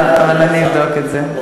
לא, אבל אני אבדוק את זה.